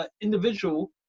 individual